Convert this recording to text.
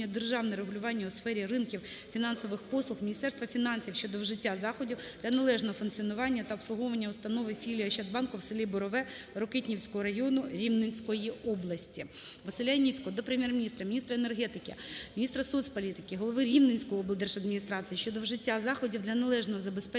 державне регулювання у сфері ринків фінансових послуг, Міністерства фінансів щодо вжиття заходів для належного функціонування та обслуговування установи філії Ощадбанку в селі Борове Рокитнівського району Рівненської області. ВасиляЯніцького до Прем'єр-міністра, міністра енергетики, міністра соцполітики, голови Рівненської облдержавної адміністрації щодо вжиття заходів для належного забезпечення